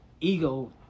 ego